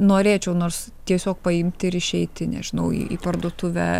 norėčiau nors tiesiog paimti ir išeiti nežinau į į parduotuvę